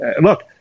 Look